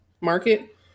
market